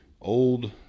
old